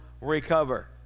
recover